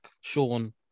Sean